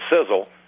sizzle